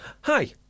Hi